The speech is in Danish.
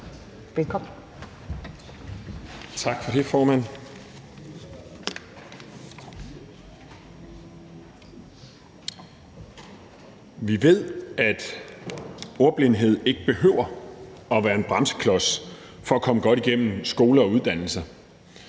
Vi ved, at ordblindhed ikke behøver at være en bremseklods for at komme godt igennem skole og uddannelse,